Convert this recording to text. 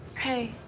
hey.